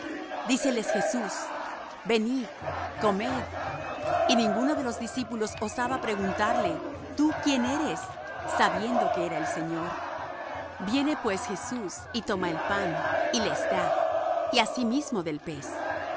díceles jesús venid comed y ninguno de los discípulos osaba preguntarle tú quién eres sabiendo que era el señor viene pues jesús y toma el pan y les da y asimismo del pez